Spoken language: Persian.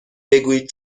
بگویید